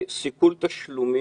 דבר שביעי, סיכול תשלומים